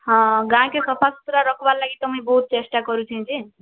ହଁ ଗାଁ'କେ ସଫାସୁତ୍ରା ରଖ୍ବାର୍ ଲାଗି ତ ମୁଇଁ ବହୁତ୍ ଚେଷ୍ଟା କରୁଛେଁ ଯେ